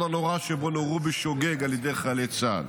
הנורא שבו נורו בשוגג על ידי חיילי צה"ל.